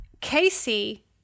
Casey